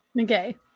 Okay